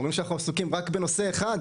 אומרים שאנחנו עסוקים רק בנושא אחד,